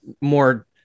more